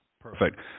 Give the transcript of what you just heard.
Perfect